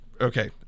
Okay